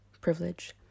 privilege